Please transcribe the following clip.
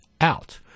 out